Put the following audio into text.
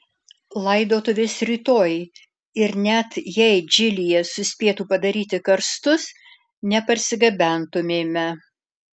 laidotuvės rytoj ir net jei džilyje suspėtų padaryti karstus neparsigabentumėme